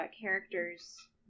Characters